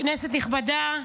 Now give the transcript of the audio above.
כנסת נכבדה,